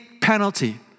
penalty